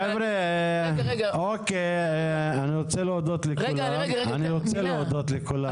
אני רוצה להודות לכולם.